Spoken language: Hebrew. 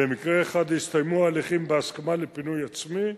במקרה אחד הסתיימו ההליכים בהסכמה לפינוי עצמי,